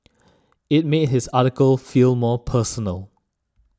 it made his article feel more personal